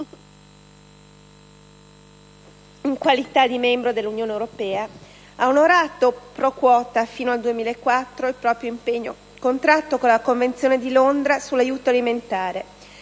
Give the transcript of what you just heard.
in qualità di membro dell'Unione europea, ha onorato *pro quota* il proprio impegno contratto con la Convenzione di Londra sull'aiuto alimentare.